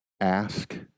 ask